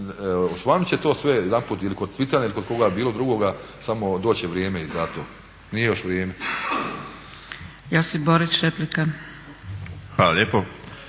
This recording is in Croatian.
osvanut će to sve jedanput ili kod Cvitana ili kod koga bilo drugoga, samo doće vrijeme i za to. Nije još vrijeme. **Zgrebec, Dragica